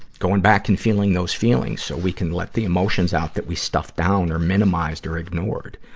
going back and feeling those feelings so we can let the emotions out that we stuffed down or minimized or ignored.